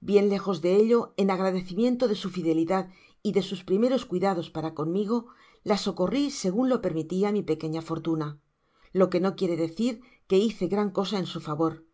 bien lejos de ello en agradecimiento de su fidelidad y de sus primeros cuidados para conmigo la socorri segun lo permitia mi pequeña fortuna lo que no quiere decir que hice gran cosa en su favor